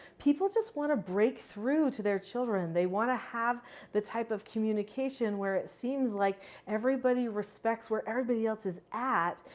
people just want to break through to their children. they want to have the type of communication where it seems like everybody respects where everybody else is at.